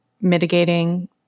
mitigating